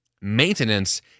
Maintenance